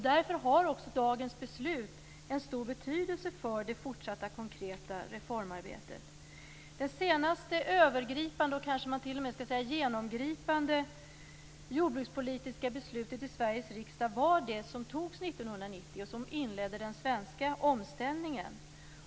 Därför har dagens beslut en stor betydelse för det fortsatta konkreta reformarbetet. 1990 och inledde den svenska omställningen.